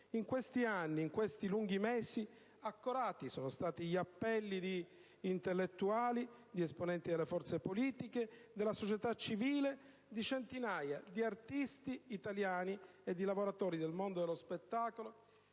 In questi anni, in questi lunghi mesi, accorati sono stati gli appelli di intellettuali, di esponenti delle forze politiche, della società civile, di centinaia di artisti italiani e di lavoratori del mondo dello spettacolo,